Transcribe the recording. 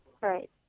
right